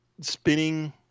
spinning